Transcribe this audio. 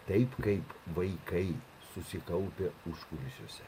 taip kaip vaikai susikaupę užkulisiuose